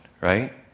right